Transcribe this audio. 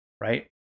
right